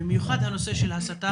במיוחד הנושא של הסתה.